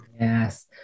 Yes